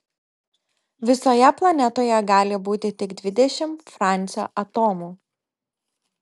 visoje planetoje gali būti tik dvidešimt francio atomų